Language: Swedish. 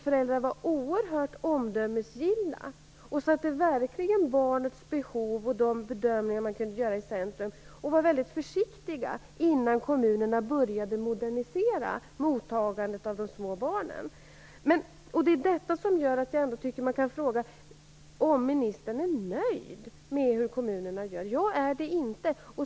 Föräldrar var oerhört omdömesgilla och satte verkligen barnets behov och de bedömningar man kunde göra i centrum och var väldigt försiktiga innan kommunerna kunde började modernisera mottagandet av det små barnen. Det är detta som gör att jag tycker att man kan fråga om ministern är nöjd med hur kommunerna gör. Jag är det inte.